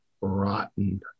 rotten